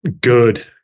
good